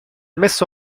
messo